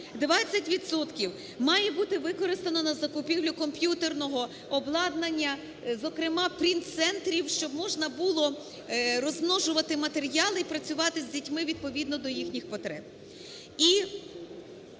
має бути використано на закупівлю комп'ютерного обладнання, зокрема принтцентрів, щоб можна було розмножувати матеріали і працювати з дітьми відповідно до їхніх потреб.